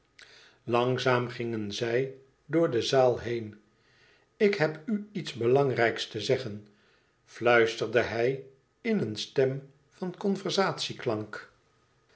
langzaam gingen zij door de zaal heen ik heb u iets belangrijks te zeggen fluisterde hij in een stem van